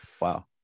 Wow